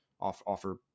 offer